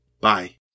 Bye